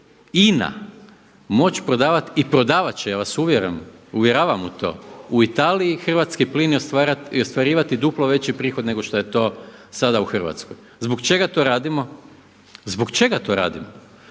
INA moć prodavat i prodavat će, ja vas uvjeravam u to u Italiji hrvatski plin i ostvarivati duplo veći prihod nego što je to sada u Hrvatskoj. Zbog čega to radimo? Zbog toga što nas